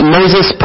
Moses